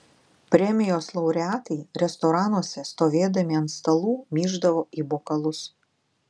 premijos laureatai restoranuose stovėdami ant stalų myždavo į bokalus